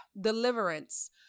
deliverance